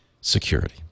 security